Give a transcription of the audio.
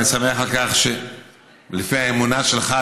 אני שמח שלפי האמונה שלך,